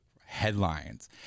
headlines